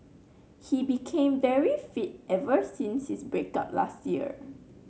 he became very fit ever since his break up last year